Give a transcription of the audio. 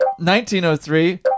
1903